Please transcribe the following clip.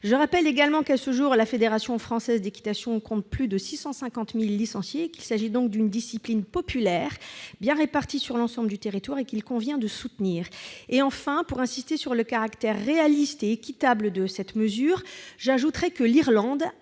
par la fiscalité. À ce jour, la Fédération française d'équitation compte près de 650 000 licenciés. Il s'agit donc d'une discipline populaire, bien répartie sur l'ensemble du territoire, qu'il convient de soutenir. Enfin, pour insister sur le caractère réaliste et équitable de cette mesure, j'ajoute que l'Irlande